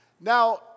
Now